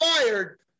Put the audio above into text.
fired